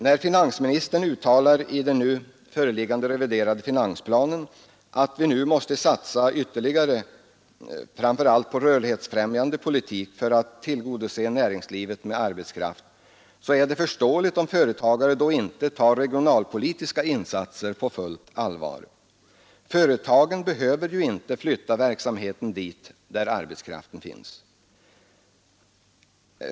När finansministern uttalar i den nu föreliggande reviderade finansplanen att vi nu måste satsa ytterligare framför allt på rörlighetsfrämjande politik för att tillgodose näringslivet med arbetskraft är det förståeligt om företagare inte tar regionalpolitiska insatser på fullt allvar. Företagen behöver inte flytta verksamheten dit där arbetskraften finns.